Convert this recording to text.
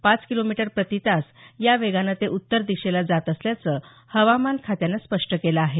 पाच किलोमीटर प्रतितास या वेगानं ते उत्तर दिशेला जात असल्याचं हवामान खात्यानं स्पष्ट केलं आहे